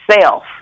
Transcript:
self